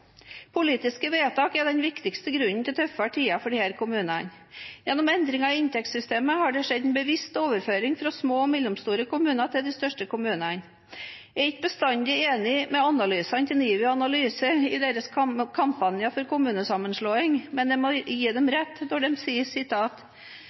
Politiske vedtak er den viktigste grunnen til tøffere tider for disse kommunene. Gjennom endringer i inntektssystemet har det skjedd en bevisst overføring fra små og mellomstore kommuner til de største kommunene. Jeg er ikke bestandig enig i analysene til NIVI Analyse i deres kampanje for kommunesammenslåinger, men jeg må gi dem